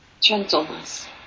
Gentleness